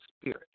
spirit